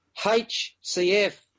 HCF